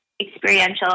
experiential